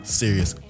serious